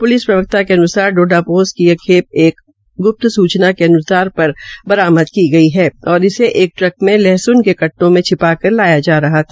्लिस प्रवक्ता के अन्सार डोडा ोस्त की यह खे एक ग्प्त सूचना के आधार र बरामद की गई और इसे एक ट्रक के लहस्न के कट्टों में छि ाकर लाया जा रहा था